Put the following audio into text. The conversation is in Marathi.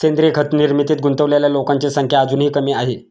सेंद्रीय खत निर्मितीत गुंतलेल्या लोकांची संख्या अजूनही कमी आहे